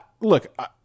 look